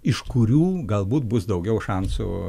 iš kurių galbūt bus daugiau šansų